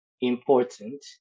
important